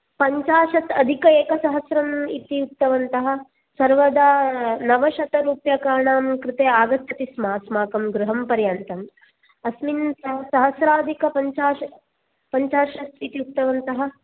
पञ्चाशत् अधिक एकसहस्रम् इति उक्तवन्तः सर्वदा नवशतरुपकानां कृते आगच्छति स्म अस्माकं गृहं पर्यन्तं अस्मिन् सहस्राधिकपञ्चाशत् पञ्चाशत् इति उक्तवन्तः